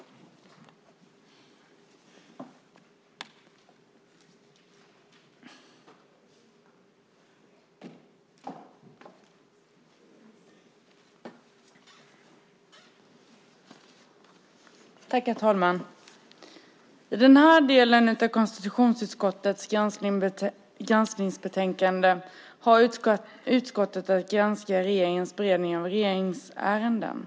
Och det är en del av den kritik som oppositionen har i den reservation som är avlämnad.